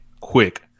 quick